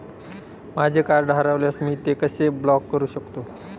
माझे कार्ड हरवल्यास मी ते कसे ब्लॉक करु शकतो?